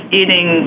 eating